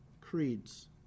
creeds